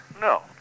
No